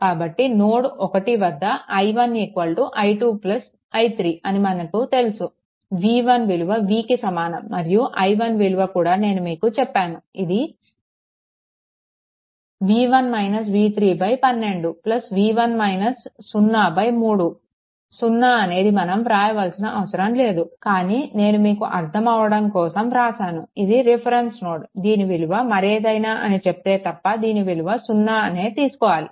కాబట్టి నోడ్1 వద్ద i1 i 2 i3 అని మనకి తెలుసు v1 విలువ vకి సమానం మరియు i1 విలువ కూడా నేను మీకు చెప్పాను ఇది 12 3 0 అనేది మనం వ్రాయాల్సిన అవసరం లేదు కానీ నేను మీకు అర్థం అవ్వడం కోసం వ్రాసాను ఇది రిఫరెన్స్ నోడ్ దీని విలువ మరేదైనా అని చెప్తే తప్ప దీని విలువ మనం 0 అనే తీసుకోవాలి